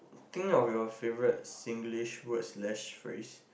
think of your favourite Singlish words slash phase